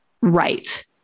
right